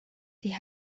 die